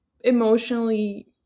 emotionally